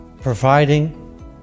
providing